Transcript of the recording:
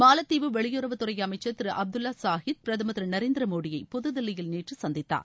மாலத்தீவு வெளியுறவுத் துறை அமைச்சர் திரு அப்துல்லா சாகித் பிரதமர் திரு நரேந்திர மோடியை புதுதில்லியில் நேற்று சந்தித்தார்